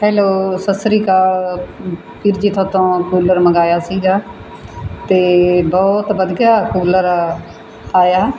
hello Sat Sri Akal ਵੀਰ ਜੀ ਤੁਹਾਡੇ ਤੋਂ ਕੂਲਰ ਮੰਗਵਾਇਆ ਸੀਗਾ ਅਤੇ ਬਹੁਤ ਵਧੀਆ ਕੂਲਰ ਆਇਆ